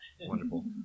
Wonderful